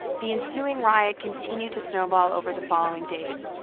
the ensuing riot continued to snowball over the following days.